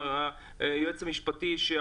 היועץ המשפטי של הוועדה,